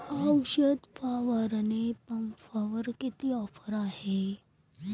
औषध फवारणी पंपावर किती ऑफर आहे?